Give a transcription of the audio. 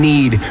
Need